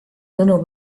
tõnu